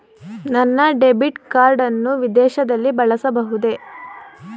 ನನ್ನ debit card ಅನ್ನು ವಿದೇಶದಲ್ಲಿ ಬಳಸಬಹುದೇ?